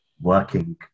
working